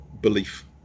belief